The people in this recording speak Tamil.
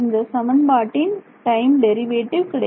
இந்த சமன்பாட்டின் டைம் டெரிவேட்டிவ் கிடைக்கும்